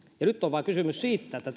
nyt on kysymys vain siitä että